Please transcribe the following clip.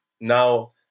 now